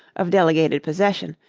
of delegated possession,